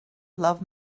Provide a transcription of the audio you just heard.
love